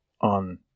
on